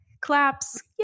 Claps